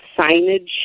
signage